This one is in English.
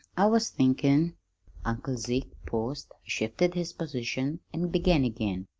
i was thinkin' uncle zeke paused, shifted his position, and began again.